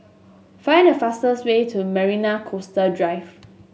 find the fastest way to Marina Coastal Drive